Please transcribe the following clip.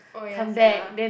oh ya sia